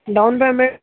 down payment